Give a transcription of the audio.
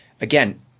again